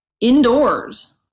indoors